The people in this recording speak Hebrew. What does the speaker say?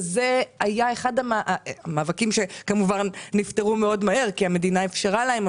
וזה היה אחד המאבקים שכמובן נפתרו מאוד מהר כי המדינה אפשרה להם,